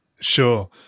Sure